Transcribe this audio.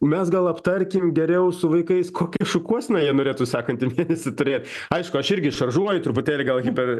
mes gal aptarkim geriau su vaikais kokią šukuoseną jie norėtų sekantį mėnesį turėt aišku aš irgi šaržuoju truputėlį gal per